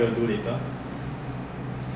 support sim lah